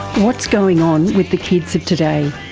what's going on with the kids of today?